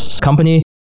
company